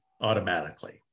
automatically